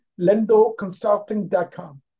lendoconsulting.com